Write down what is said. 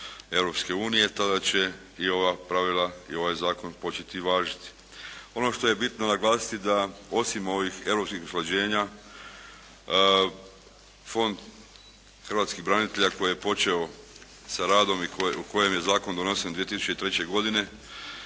Europske unije. Tada će i ova pravila i ovaj zakon početi važiti. Ono što je bitno naglasiti da osim ovih europskih usklađenja Fond hrvatskih branitelja koji je počeo sa radom i u kojem je zakon donesen 2003. godine